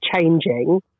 changing